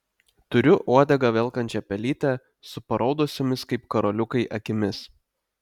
turiu uodegą velkančią pelytę su paraudusiomis kaip karoliukai akimis